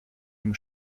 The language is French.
aime